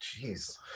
Jeez